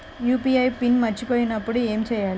UPI PIN మరచిపోయినప్పుడు ఏమి చేయాలి?